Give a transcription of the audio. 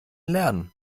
lernen